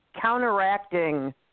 counteracting